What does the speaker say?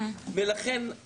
ולכן,